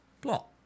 Plot